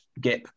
gap